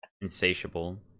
Insatiable